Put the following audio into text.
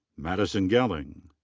madison gehling.